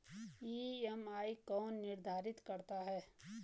EMI कौन निर्धारित करता है?